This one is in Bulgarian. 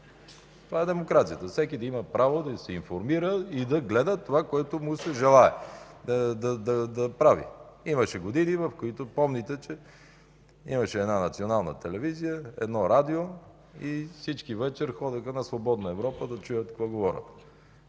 Това е демокрацията – всеки да има право да се информира и да гледа това, което желае. Имаше години, в които помните, че имаше една Национална телевизия, едно радио и всички вечер ходеха на „Свободна Европа”, за да чуят какво говорят.